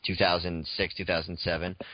2006-2007